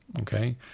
okay